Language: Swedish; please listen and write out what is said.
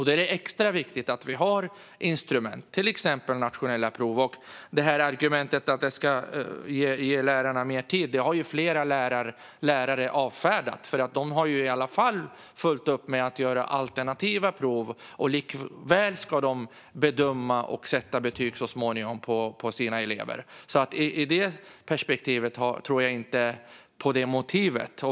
Då är det extra viktigt att vi har instrument, till exempel nationella prov. Argumentet att lärarna får mer tid har flera lärare avfärdat, för de har i alla fall fullt upp med att göra alternativa prov. Och likväl ska de bedöma och sätta betyg på sina elever så småningom. Med det perspektivet tror jag inte på detta motiv.